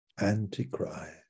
Antichrist